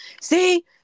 See